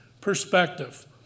perspective